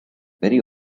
very